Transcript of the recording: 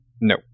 No